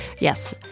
Yes